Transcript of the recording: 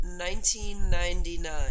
1999